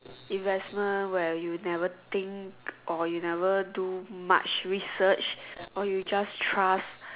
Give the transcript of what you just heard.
investment where you never think or you never do much research or you just trust